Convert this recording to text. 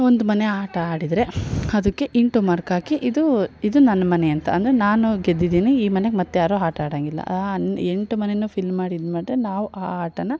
ಒಂದು ಮನೆ ಆಟ ಆಡಿದರೆ ಅದಕ್ಕೆ ಇಂಟು ಮಾರ್ಕ್ ಹಾಕಿ ಇದು ಇದು ನನ್ನ ಮನೆ ಅಂತ ಅಂದರೆ ನಾನು ಗೆದ್ದಿದೀನಿ ಈ ಮನೆಗೆ ಮತ್ಯಾರು ಆಟಾಡೊಂಗಿಲ್ಲ ಆ ಎಂಟು ಮನೇನು ಫಿಲ್ ಮಾಡಿ ಇದುಮಾಡಿದ್ರೆ ನಾವು ಆ ಆಟನ